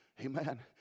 Amen